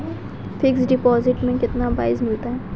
Fix deposit में कितना ब्याज मिलता है?